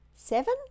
Seven